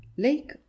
lake